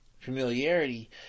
familiarity